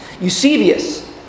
Eusebius